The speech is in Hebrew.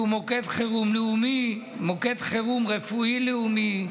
שהוא מוקד חירום לאומי, מוקד חירום רפואי לאומי.